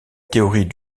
théorie